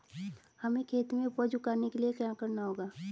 हमें खेत में उपज उगाने के लिये क्या करना होगा?